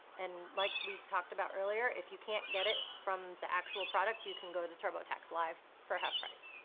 and like we talked about earlier, if you can't get it from the actual product you can go to turbotax live for half price.